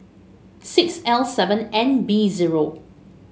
six L seven N B zero